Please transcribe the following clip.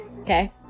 Okay